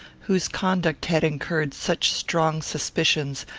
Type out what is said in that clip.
whose conduct had incurred such strong suspicions,